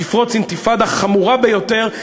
תפרוץ אינתיפאדה חמורה ביותר.